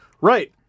Right